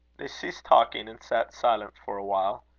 they ceased talking and sat silent for a while.